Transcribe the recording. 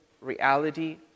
reality